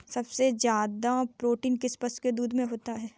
सबसे ज्यादा प्रोटीन किस पशु के दूध में होता है?